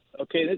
Okay